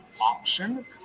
option